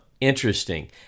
Interesting